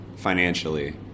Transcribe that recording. financially